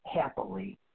happily